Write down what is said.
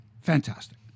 fantastic